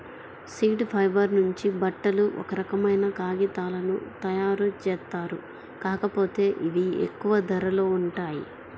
seed fibre నుంచి బట్టలు, ఒక రకమైన కాగితాలను తయ్యారుజేత్తారు, కాకపోతే ఇవి ఎక్కువ ధరలో ఉంటాయి